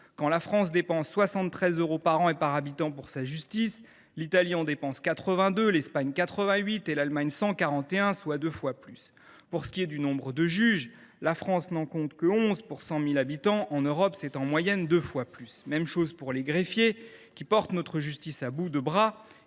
Quand la France dépense 73 euros par an et par habitant pour sa justice, l’Italie en dépense 82, l’Espagne 88 et l’Allemagne 141, soit deux fois plus. Pour ce qui est du nombre de juges, la France n’en compte que 11 pour 100 000 habitants, alors que la moyenne européenne est deux fois plus élevée. Il en va de même pour les greffiers, qui portent notre justice à bout de bras